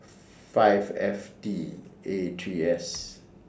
five F T A three S